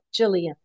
Jillian